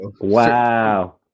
wow